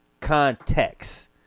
Context